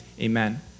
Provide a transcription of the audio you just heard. amen